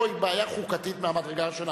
הבעיה פה היא בעיה חוקתית מהמדרגה הראשונה.